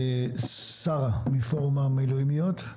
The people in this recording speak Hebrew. שרה, פורום המילואימיות.